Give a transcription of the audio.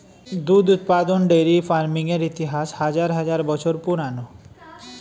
দুধ উৎপাদন dairy farming এর ইতিহাস হাজার হাজার বছর পুরানো